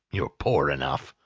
you're poor enough.